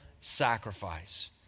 sacrifice